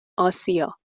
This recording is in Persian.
آسیا